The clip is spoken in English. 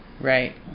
Right